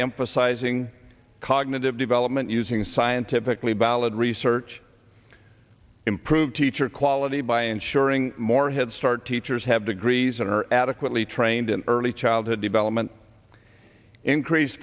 emphasizing cognitive development using scientifically valid research improve teacher quality by ensuring more head start teachers have degrees and are adequately trained in early childhood development increase